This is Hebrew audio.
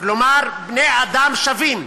כלומר שבני-האדם שווים.